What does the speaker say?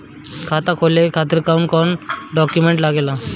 खाता खोले खातिर कौन कौन डॉक्यूमेंट लागेला?